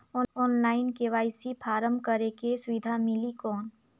Online KYC form करेके सुविधा मिली कौन?